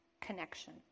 connection